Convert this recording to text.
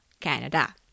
canada